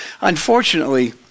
Unfortunately